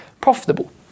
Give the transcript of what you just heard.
profitable